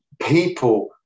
people